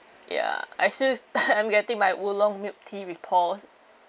ya I still I'm getting my oolong milk tea will pearls